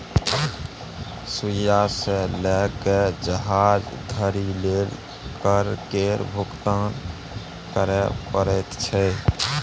सुइया सँ लए कए जहाज धरि लेल कर केर भुगतान करय परैत छै